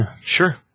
Sure